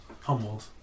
humbled